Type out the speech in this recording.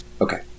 Okay